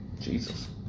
Jesus